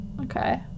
Okay